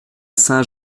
saint